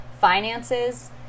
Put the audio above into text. finances